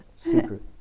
Secret